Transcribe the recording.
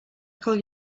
call